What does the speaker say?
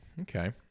Okay